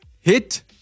Hit